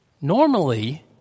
Normally